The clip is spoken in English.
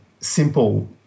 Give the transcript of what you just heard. simple